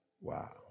Wow